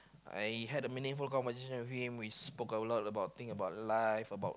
I had a meaningful conversation with him we spoke a lot about thing about life about